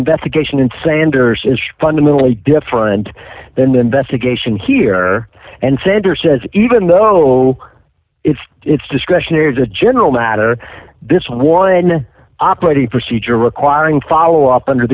investigation and sanders is fundamentally different than the investigation here and center says even though it's discretionary as a general matter this one operating procedure requiring follow up under